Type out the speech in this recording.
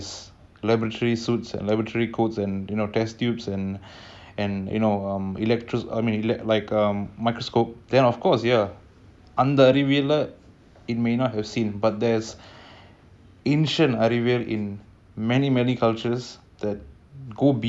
I mean or how we even understand properly what these ancient அந்தஅறிவியல:andha ariviyala scientists have fun of it to understand these things